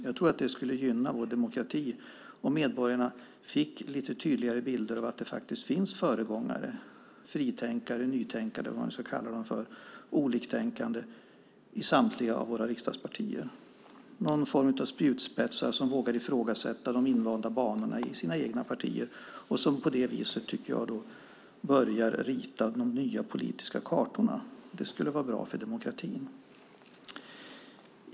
Jag tror att det skulle gynna vår demokrati om medborgarna fick lite tydligare bilder av att det finns föregångare, fritänkare, nytänkare, oliktänkande eller vad man ska kalla dem för i samtliga av våra riksdagspartier. Det handlar om någon form av spjutspetsar som vågar ifrågasätta de invanda banorna i sina egna partier och som på det viset, tycker jag, börjar rita de nya politiska kartorna. Det skulle vara bra för demokratin.